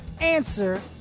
Answer